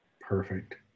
Perfect